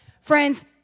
Friends